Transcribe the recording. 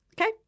Okay